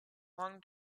long